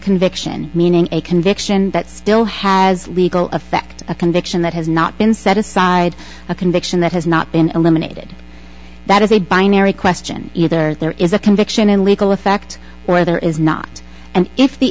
conviction meaning a conviction that still has legal effect a conviction that has not been set aside a conviction that has not been eliminated that is a binary question either there is a conviction in legal effect where there is not and if the